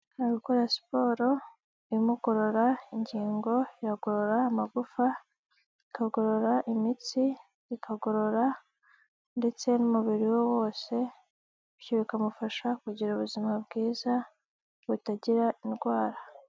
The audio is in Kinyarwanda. Ari gukora siporo imugorora ingingo, iragorora amagufa, ikagorora imitsi, ikagorora ndetse n'umubiri we wose. Ibyo bikamufasha kugira ubuzima bwiza butagira indwara.